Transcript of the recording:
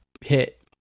hit